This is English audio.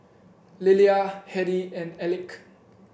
Lillia Hedy and Elick